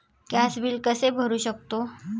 Gas bill कसे भरू शकतो?